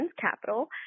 capital